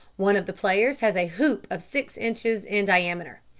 one of the players has a hoop of six inches in diameter.